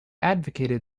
advocated